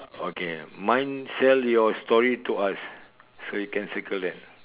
okay mine sell your story to us so you can circle that